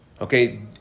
Okay